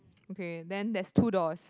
okay then there's two doors